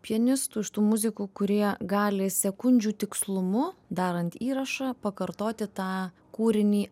pianistų iš tų muzikų kurie gali sekundžių tikslumu darant įrašą pakartoti tą kūrinį